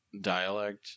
dialect